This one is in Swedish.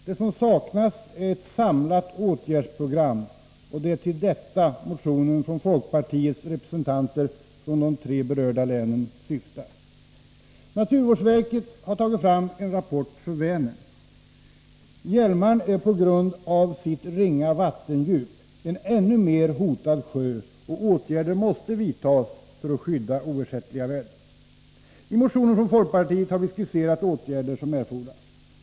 Det som saknas är ett samlat åtgärdsprogram och det är till detta motionen från folkpartiets representanter från de tre berörda länen syftar. Naturvårdsverket har tagit fram en rapport för Vänern. Hjälmaren är på grund av sitt ringa vattendjup en ännu mer hotad sjö, och åtgärder måste vidtas för att skydda oersättliga värden. I motionen från folkpartiet har vi skisserat åtgärder som erfordras.